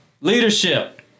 leadership